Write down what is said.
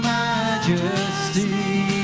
majesty